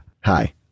Hi